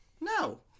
no